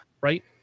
right